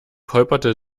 holperte